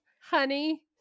honey